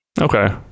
Okay